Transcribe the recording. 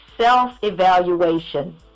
self-evaluation